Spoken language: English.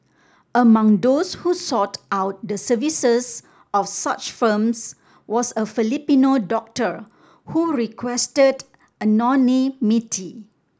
among those who sought out the services of such firms was a Filipino doctor who requested anonymity